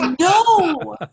No